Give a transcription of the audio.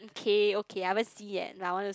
okay okay I haven't see yet but I want to